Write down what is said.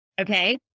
Okay